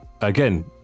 Again